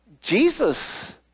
Jesus